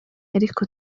ariko